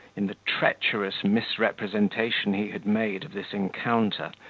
in the treacherous misrepresentation he had made of this encounter,